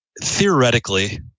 theoretically